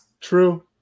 True